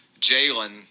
Jalen